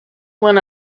when